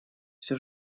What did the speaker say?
всё